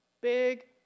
Big